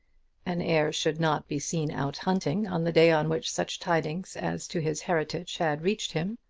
an heir should not be seen out hunting on the day on which such tidings as to his heritage had reached him.